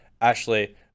ashley